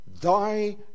thy